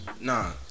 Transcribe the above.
Nah